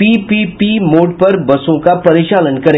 PPP mode पर बसों का परिचालन करेगा